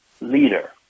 Leader